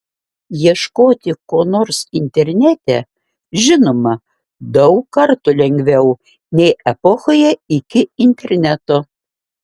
ieškoti ko nors internete žinoma daug kartų lengviau nei epochoje iki interneto